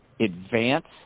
advance